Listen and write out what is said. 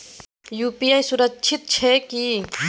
UPI सुरक्षित छै की?